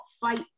fight